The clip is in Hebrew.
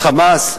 "חמאס",